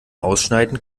ausschneiden